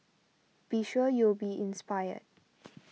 be sure you'll be inspired